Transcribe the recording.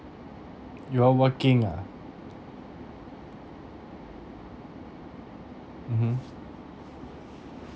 you were working ah mmhmm